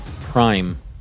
prime